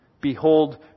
Behold